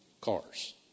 cars